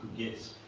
yes.